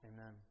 Amen